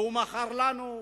והוא מכר לנו: